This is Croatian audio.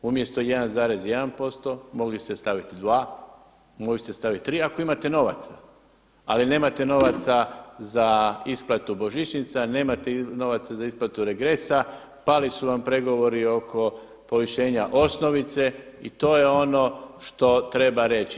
Umjesto 1,1% mogli ste staviti dva, mogli ste staviti tri ako imate novaca, ali nemate novaca za isplatu božićnica, nemate novaca za isplatu regresa, pali su vam pregovori oko povišenja osnovice i to je ono što treba reći.